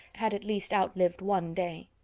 had at least outlived one day.